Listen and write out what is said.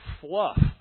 fluff